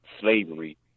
slavery